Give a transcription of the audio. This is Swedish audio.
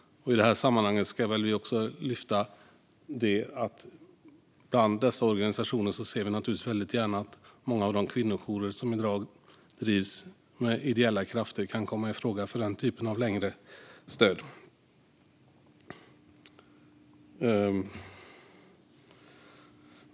I det här sammanhanget ska jag också lyfta att vi bland dessa organisationer naturligtvis väldigt gärna ser att många av de kvinnojourer som i dag drivs av ideella krafter kan komma i fråga för den typen av längre stöd.